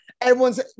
Everyone's